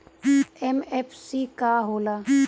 MFC का होला?